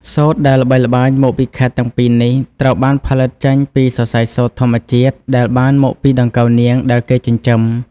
សូត្រដែលល្បីល្បាញមកពីខេត្តទាំងពីរនេះ ត្រូវបានផលិតចេញពី សរសៃសូត្រធម្មជាតិ ដែលបានមកពីដង្កូវនាងដែលគេចិញ្ចឹម។